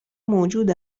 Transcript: موجود